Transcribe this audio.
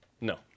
No